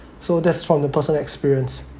so that's from the personal experience